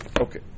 okay